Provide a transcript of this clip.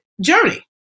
journey